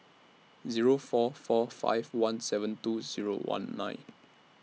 Zero four four five one seven two Zero one nine